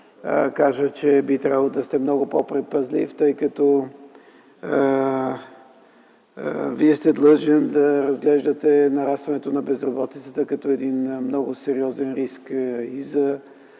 кажа, че би трябвало да сте много по-предпазлив, тъй като Вие сте длъжен да разглеждате нарастването на безработицата като един много сериозен риск и от